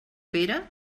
pere